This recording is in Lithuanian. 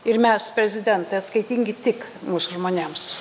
ir mes prezidentai atskaitingi tik mūsų žmonėms